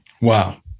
Wow